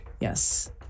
Yes